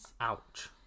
Ouch